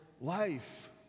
life